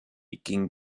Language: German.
ging